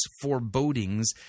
forebodings